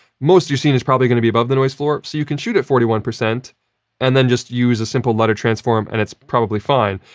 most of your scene is probably going to be above the noise floor. so, you can shoot at forty one percent and then just use a simple lut or transform, and it's probably fine.